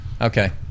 Okay